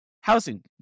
housing